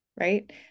right